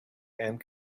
and